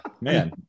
man